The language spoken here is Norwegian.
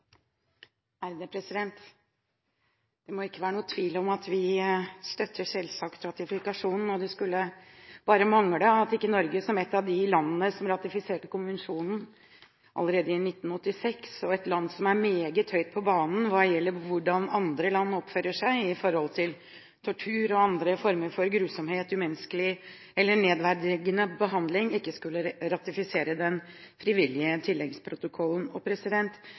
legge til. Det må ikke være tvil om at vi selvsagt støtter ratifikasjonen. Det skulle bare mangle at ikke Norge som et av de landene som ratifiserte konvensjonen allerede i 1986, og et land som er meget høyt på banen hva gjelder hvordan andre land oppfører seg i forhold til tortur eller andre former for grusomheter, umenneskelig eller nedverdigende behandling, skulle ratifisere den frivillige tilleggsprotokollen. Og